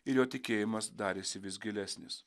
ir jo tikėjimas darėsi vis gilesnis